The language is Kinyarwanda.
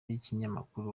y’ikinyamakuru